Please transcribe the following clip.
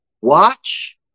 Watch